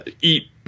eat